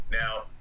now